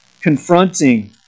confronting